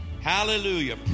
hallelujah